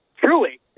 Truly